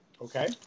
Okay